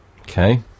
Okay